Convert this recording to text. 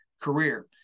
career